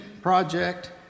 project